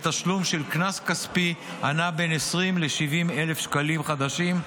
בתשלום של קנס כספי הנע בין 20,000 ל-70,000 שקלים חדשים,